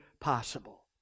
possible